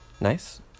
Nice